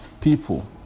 people